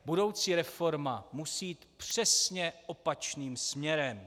Budoucí reforma musí jít přesně opačným směrem.